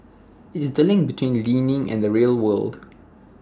it's the link between learning and the real world